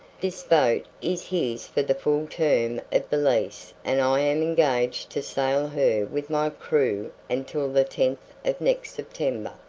this boat is his for the full term of the lease and i am engaged to sail her with my crew until the tenth of next september.